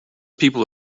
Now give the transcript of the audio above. people